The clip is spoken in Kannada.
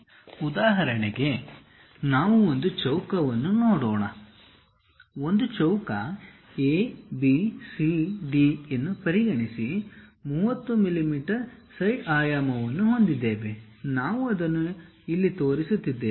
ಉದಾಹರಣೆಗೆ ನಾವು ಒಂದು ಚೌಕವನ್ನು ನೋಡೋಣ ಒಂದು ಚೌಕ ABCD ಯನ್ನು ಪರಿಗಣಿಸಿ 30 mm ಸೈಡ್ ಆಯಾಮವನ್ನು ಹೊಂದಿದ್ದೇವೆ ನಾವು ಅದನ್ನು ಇಲ್ಲಿ ತೋರಿಸಿದ್ದೇವೆ